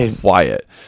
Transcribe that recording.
quiet